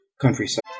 countryside